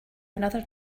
another